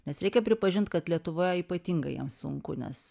nes reikia pripažint kad lietuvoje ypatingai jiem sunku nes